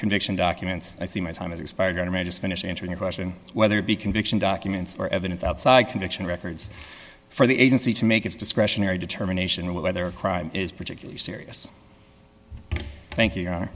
conviction documents i see my time has expired and i may just finish answering the question whether it be conviction documents or evidence outside conviction records for the agency to make its discretionary determination whether a crime is particularly serious thank you